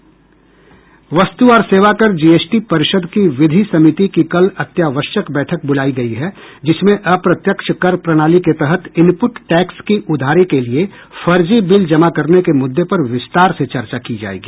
वस्तु और सेवाकर जीएसटी परिषद की विधि समिति की कल अत्यावश्यक बैठक बुलाई गई है जिसमें अप्रत्यक्ष कर प्रणाली के तहत इनपुट टैक्स की उधारी के लिए फर्जी बिल जमा करने के मुद्दे पर विस्तार से चर्चा की जाएगी